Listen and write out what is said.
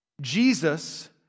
Jesus